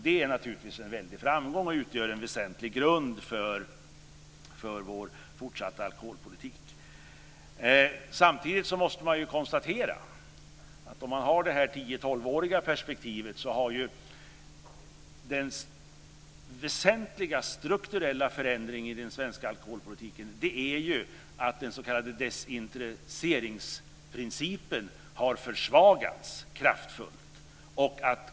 Det är naturligtvis en väldig framgång och utgör en väsentlig grund för vår fortsatta alkoholpolitik. Samtidigt måste man konstatera att i det tio-tolvåriga perspektivet har den väsentliga strukturella förändringen i den svenska alkoholpolitiken varit att den s.k. desintresseringsprincipen har försvagats kraftigt.